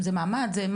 איזה מעמד זה?